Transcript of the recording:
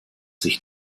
sich